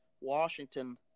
Washington